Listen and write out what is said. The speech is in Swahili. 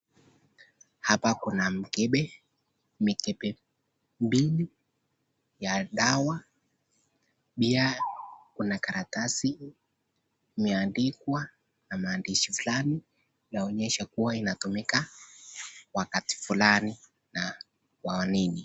Hapa kuna mikebe. Mikebe mbili ya dawa. Pia kuna karatasi imeandikwa na maandishi fulani. Inaonyesha kua inatumika wakati fulani na kwa nini.